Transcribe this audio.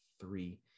three